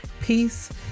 peace